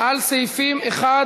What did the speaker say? על סעיפים 1